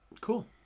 Cool